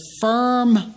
firm